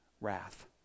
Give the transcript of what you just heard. wrath